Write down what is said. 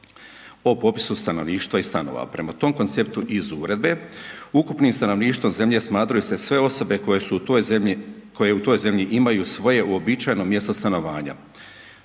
o popisu stanovništva i stanova. Prema tom konceptu iz uredbe, ukupnim stanovništvom zemlje smatraju se sve osobe koje su u toj zemlji, koje u toj zemlji imaju svoje uobičajeno mjesto stanovanja,